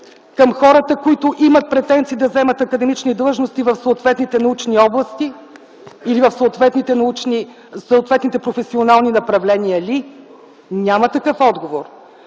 към хората ли, които имат претенции да заемат академични длъжни в съответните научни области или в съответните професионални направления? Няма такъв отговор.